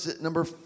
Number